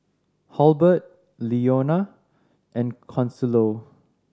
Halbert Leonia and Consuelo